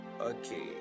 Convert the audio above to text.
Okay